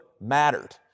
mattered